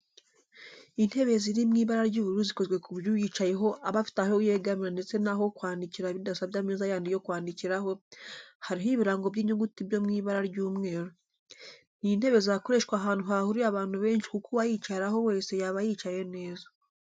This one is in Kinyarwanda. Intebe ziri mu ibara ry'ubururu zikozwe ku buryo uyicayeho aba afite aho yegamira ndetse n'aho kwandikira bidasabye ameza yandi yo kwandikiraho, hariho ibirango by'inyuguti byo mu ibara ry'umweru. Ni intebe zakoreshwa ahantu hahuriye abantu benshi kuko uwayicaraho wese yaba yicaye neza.